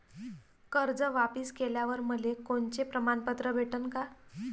कर्ज वापिस केल्यावर मले कोनचे प्रमाणपत्र भेटन का?